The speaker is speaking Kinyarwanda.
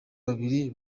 babiri